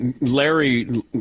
Larry